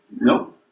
No